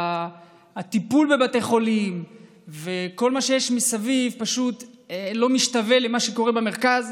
שהטיפול בבתי חולים וכל מה שיש מסביב פשוט לא משתווה למה שקורה במרכז,